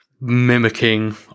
mimicking